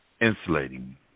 Insulating